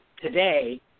today